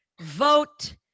Vote